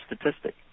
statistic